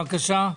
בבקשה.